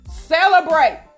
celebrate